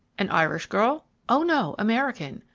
an irish girl? o no, american.